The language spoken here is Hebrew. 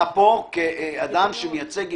אתה פה כאדם שמייצג אינטרס,